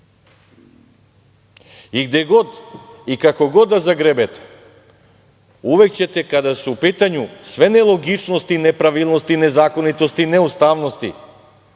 god i kako god da zagrebete, uvek ćete kada su u pitanju sve nelogičnosti, nepravilnosti, nezakonitosti, neustavnosti,